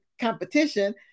competition